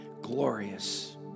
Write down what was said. Glorious